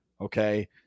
Okay